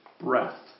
breath